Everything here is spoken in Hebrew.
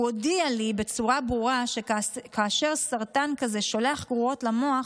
הוא הודיע לי בצורה ברורה שכאשר סרטן כזה שולח גרורות למוח,